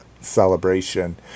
Celebration